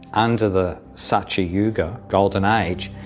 under the satya yuga golden age,